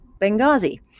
Benghazi